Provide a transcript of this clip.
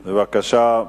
בבקשה,